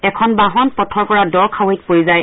এখন বাহন পথৰ পৰা দ খাৱৈত পৰি যায়